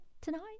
tonight